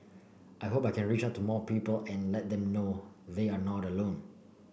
I hope I can reach out to more people and let them know they're not alone